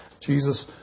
Jesus